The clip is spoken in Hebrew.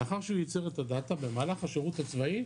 לאחר שהוא ייצר את הדאטה, במהלך השירות הצבאי,